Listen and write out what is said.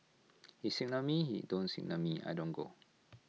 he signal me he don't signal me I don't go